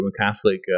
Catholic